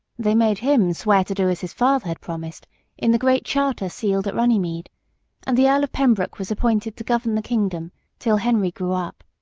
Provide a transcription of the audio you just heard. they made him swear to do as his father had promised in the great charter sealed at runnymede and the earl of pembroke was appointed to govern the kingdom till henry grew up.